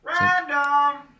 Random